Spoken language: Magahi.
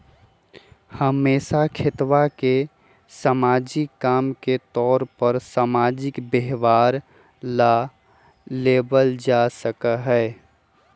हमेशा खेतवा के सामाजिक काम के तौर पर सामाजिक व्यवहार ला लेवल जा सका हई